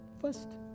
First